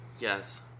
Yes